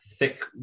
thick